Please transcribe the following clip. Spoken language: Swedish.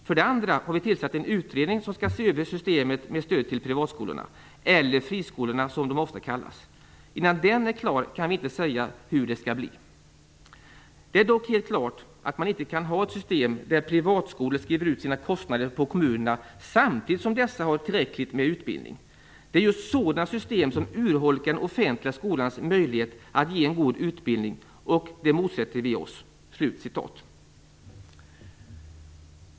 För det andra har vi tillsatt en utredning som skall se över hela systemet med stödet till privatskolorna, eller friskolorna som de ofta kallas. Innan den är klar kan vi inte säga hur det skall bli. Det är dock helt klart att man inte kan ha ett system där privatskolor skriver ut sina kostnader på kommunerna samtidigt som dessa har tillräckligt med utbildning. Det är just sådana system som urholkar den offentliga skolans möjligheter att ge god utbildning, och det motsätter vi oss."